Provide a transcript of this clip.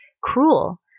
cruel